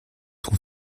son